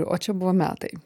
o čia buvo metai